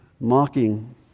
Mocking